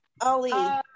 Ali